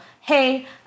Hey